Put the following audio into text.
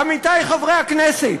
עמיתי חברי הכנסת,